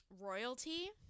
Royalty